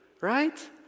right